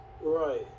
Right